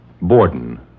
Borden